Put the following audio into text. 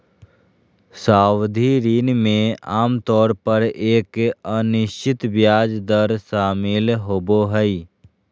सावधि ऋण में आमतौर पर एक अनिश्चित ब्याज दर शामिल होबो हइ